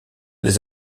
des